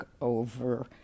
over